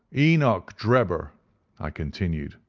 enoch drebber i continued,